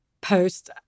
post